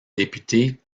députés